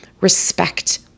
respect